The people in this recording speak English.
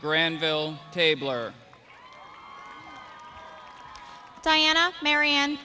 granville tabler diana marianne